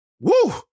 woo